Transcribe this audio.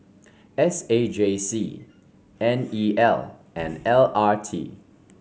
S A J C N E L and L R T